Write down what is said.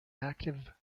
active